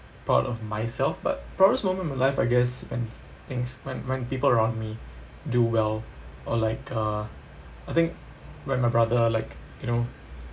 proud of myself but proudest moment my life I guess and things when when people around me do well or like uh I think when my brother like you know